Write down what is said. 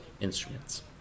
instruments